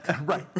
Right